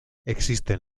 existen